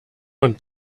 und